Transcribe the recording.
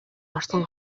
орсон